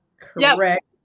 correct